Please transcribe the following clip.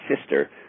sister